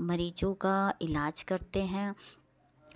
मरीजों का इलाज करते हैं